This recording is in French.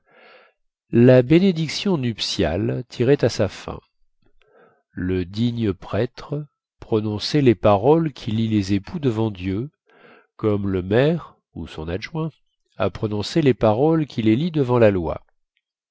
la bénédiction nuptiale tirait à sa fin le digne prêtre prononçait les paroles qui lient les époux devant dieu comme le maire ou son adjoint a prononcé les paroles qui les lient devant la loi